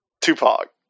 Tupac